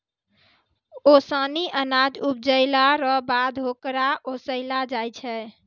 ओसानी अनाज उपजैला रो बाद होकरा ओसैलो जाय छै